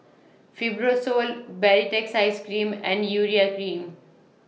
Fibrosol Baritex Cream and Urea Cream